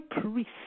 priest